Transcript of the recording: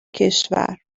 کشور